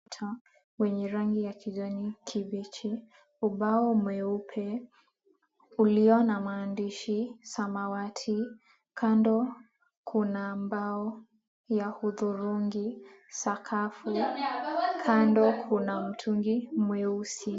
Ukuta wenye rangi ya kijani kibichi, ubao mweupe ulio na maandishi samawati. Kando kuna mbao ya hudhurungi, sakafu. Kando kuna mtungi mweusi.